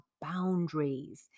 boundaries